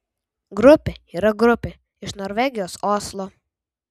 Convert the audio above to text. grupė yra grupė iš norvegijos oslo